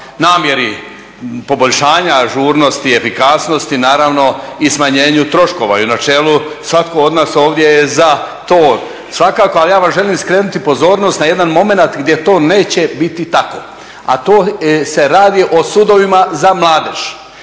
namjeri poboljšanja ažurnosti i efikasnosti, naravno i smanjenju troškova. I u načelu svatko od nas ovdje je za to svakako. Ali ja vam želim skrenuti pozornost na jedan momenat gdje to neće biti tako, a to se radi o sudovima za mladež.